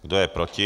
Kdo je proti?